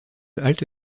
halte